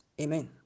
Amen